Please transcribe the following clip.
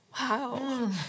Wow